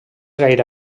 gaire